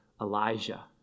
Elijah